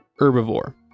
herbivore